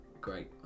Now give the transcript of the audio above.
Great